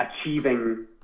achieving